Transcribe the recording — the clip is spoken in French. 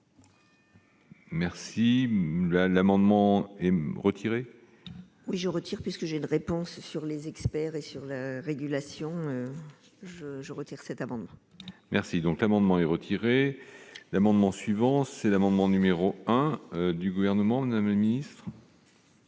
Merci à l'amendement est retiré. Oui, je retire, puisque j'ai une réponse sur les experts et sur la régulation, je je retire cet amendement. Merci donc l'amendement est retiré l'amendement suivant : c'est l'amendement numéro un du gouvernement amenuise.